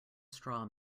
straw